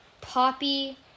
Poppy